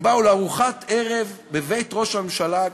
הם באו לארוחת ערב בבית ראש הממשלה.